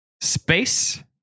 space